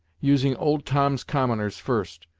using old tom's commoners first,